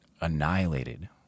annihilated